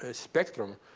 ah spectrum,